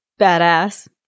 badass